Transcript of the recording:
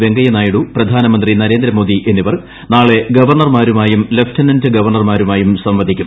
വെങ്കയ്യനായിഡു പ്രധാനമന്ത്രി നരേന്ദ്രമോദി എന്നിവർ നാളെ ഗവർണ്ണർമാരുമായും ലഫ്റ്റനന്റ് ഗവർണ്ണർമാരുമായും സംവദിക്കും